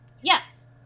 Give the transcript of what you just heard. yes